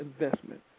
investment